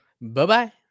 Bye-bye